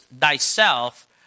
thyself